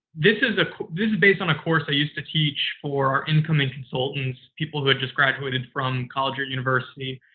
this is ah this is based on a course i used to teach for incoming consultants, people who had just graduated from college or university,